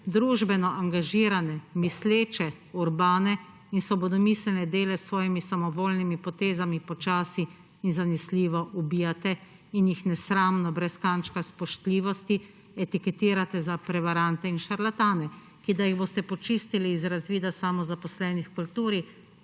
družbeno angažirane, misleče, urbane in svobodomiselne dele s svojimi samovoljnimi potezami počasi in zanesljivo ubijate in jih nesramno, brez kančka spoštljivosti etiketirate za prevarante in šarlatane, ki da jih boste počistili iz razvida samozaposlenih v kulturi